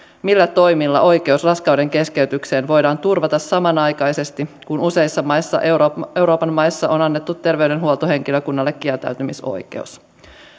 millä toimilla oikeus raskaudenkeskeytykseen voidaan turvata samanaikaisesti kun useissa euroopan maissa on annettu terveydenhuoltohenkilökunnalle kieltäytymisoikeus